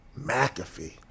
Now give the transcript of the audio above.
McAfee